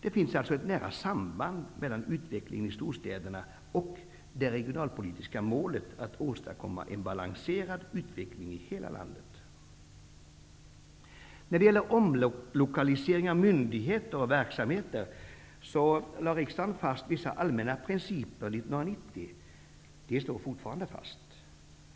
Det finns alltså ett nära samband mellan utvecklingen i storstäderna och det regionalpolitiska målet att åstadkomma en balanserad utveckling i hela landet. När det gäller omlokalisering av myndigheter och verksamheter lade riksdagen fast vissa allmänna principer 1990. De står fortfarande fast.